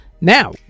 Now